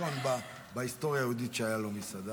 מי הראשון בהיסטוריה היהודית שהייתה לו מסעדה?